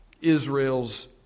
Israel's